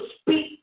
speak